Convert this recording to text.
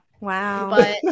Wow